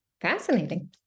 fascinating